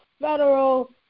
federal